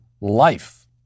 life